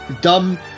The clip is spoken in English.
dumb